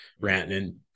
ranting